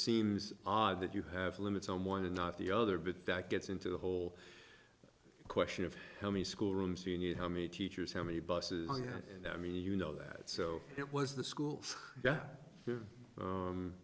seems odd that you have limits on one and not the other but that gets into the whole question of how many school rooms you knew how many teachers how many buses i had and i mean you know that so it was the schools yeah